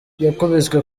yakubiswe